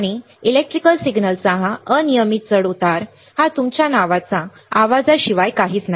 आणि इलेक्ट्रिकल सिग्नलचा हा अनियमित चढउतार हा तुमच्या नावाच्या आवाजाशिवाय काहीच नाही